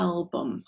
album